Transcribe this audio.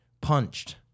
punched